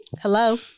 Hello